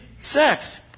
sex